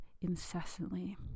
incessantly